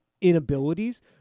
inabilities